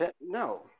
No